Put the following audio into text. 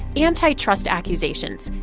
antitrust accusations,